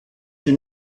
sie